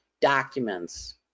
documents